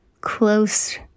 close